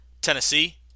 Tennessee